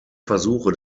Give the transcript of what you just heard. versuche